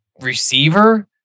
receiver